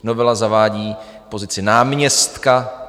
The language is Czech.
Novela zavádí pozici náměstka.